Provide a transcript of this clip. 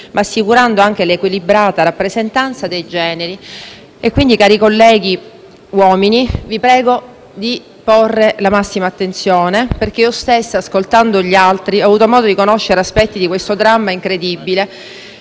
ma assicurando anche l'equilibrata rappresentanza dei generi. Quindi, cari colleghi uomini, vi prego di porre la massima attenzione. Io stessa, ascoltando gli altri interventi, ho avuto modo di conoscere aspetti di questo dramma incredibile,